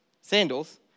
sandals